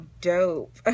dope